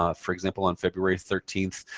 um for example, on february thirteenth,